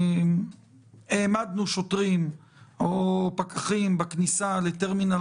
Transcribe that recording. העמדנו שוטרים או פקחים בכניסה לטרמינל